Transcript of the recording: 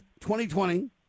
2020